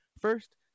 first